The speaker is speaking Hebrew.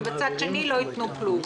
ובצד שני לא ייתנו כלום.